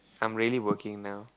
I'm really working now